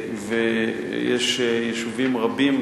ויש יישובים רבים,